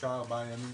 שלושה-ארבעה ימים,